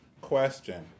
question